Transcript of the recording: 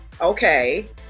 okay